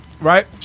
right